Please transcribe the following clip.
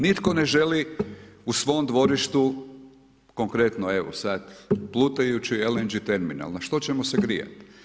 Nitko ne želi u svom dvorištu, konkretno, evo sad, plutajući LNG terminal, na što ćemo se grijati?